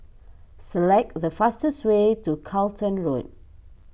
select the fastest way to Charlton Road